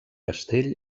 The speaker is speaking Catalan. castell